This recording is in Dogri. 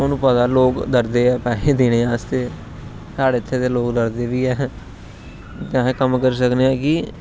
थुहानू पता लोक डरदे ऐ पैसे देने आस्तै साढ़े इत्थे दे लोक डरदे बी हेन ते अस इक कम्म करी सकने आं कि